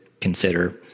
consider